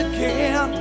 Again